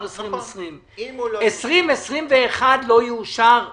תקציב 2020. תקציב 2021 לא יאושר טכנית.